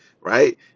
right